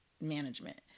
management